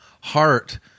heart